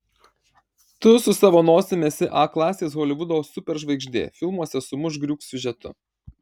tu su savo nosim esi a klasės holivudo superžvaigždė filmuose su mušk griūk siužetu